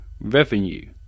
revenue